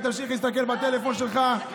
וגם אם תמשיך להסתכל בטלפון שלך,